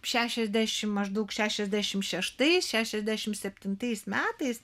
šešiasdešimt maždaug šešiasdešimt šeštais šešiasdešimt septintais metais